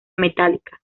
metálica